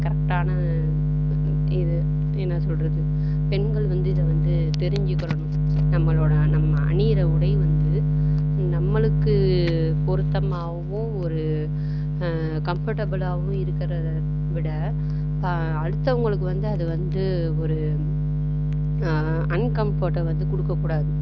கரெக்டான இது என்ன சொல்கிறது பெண்கள் வந்து இதை வந்து தெரிஞ்சிக்கிணும் நம்மளோடய நம்ம அணிகிற உடை வந்து நம்மளுக்கு பொருத்தமாகவும் ஒரு கம்ஃபர்ட்டபிளாவும் இருக்கிறத விட அடுத்தவங்களுக்கு வந்து அது வந்து ஒரு அன்கம்ஃபர்ட்டை வந்து கொடுக்க கூடாது